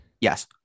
Yes